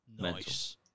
Nice